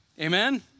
Amen